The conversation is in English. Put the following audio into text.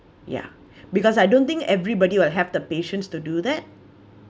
ya because I don't think everybody would have the patience to do that